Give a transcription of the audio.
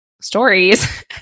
stories